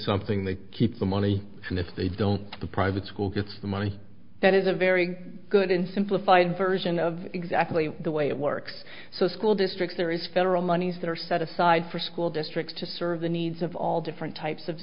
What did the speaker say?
something they keep the money and if they don't the private school gets the money that is a very good and simplified version of exactly the way it works so school districts there is federal monies that are set aside for school districts to serve the needs of all different types of